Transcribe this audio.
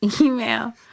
email